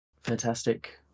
Fantastic